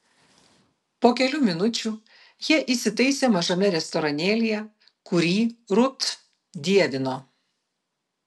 po kelių minučių jie įsitaisė mažame restoranėlyje kurį rut dievino